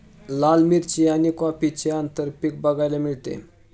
लाल मिरची आणि कॉफीचे आंतरपीक बघायला मिळते